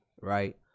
Right